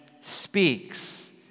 speaks